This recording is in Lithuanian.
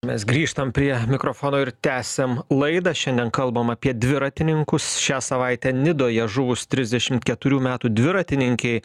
mes grįžtam prie mikrofono ir tęsiam laidą šiandien kalbam apie dviratininkus šią savaitę nidoje žuvus trisdešim keturių metų dviratininkei